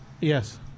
Yes